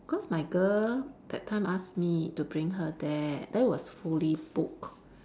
cause my girl that time ask me to bring her there then it was fully booked